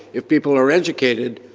if people are educated,